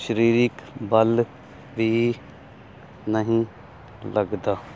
ਸਰੀਰਕ ਬਲ ਵੀ ਨਹੀਂ ਲੱਗਦਾ